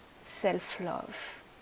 self-love